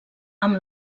amb